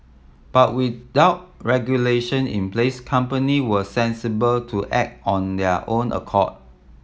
but without regulation in place company were sensible to act on their own accord